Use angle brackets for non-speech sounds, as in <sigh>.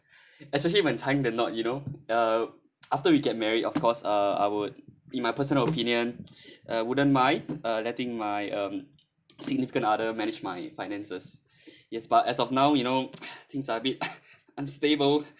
especially when tying the knot you know uh <noise> after we get married of course uh I would in my personal opinion I wouldn't mind uh letting my um significant other manage my finances yes but as of now you know <breath> things are a bit <coughs> unstable